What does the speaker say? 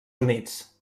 units